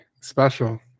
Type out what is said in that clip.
special